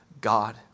God